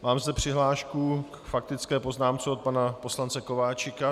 Mám zde přihlášku k faktické poznámce od pana poslance Kováčika.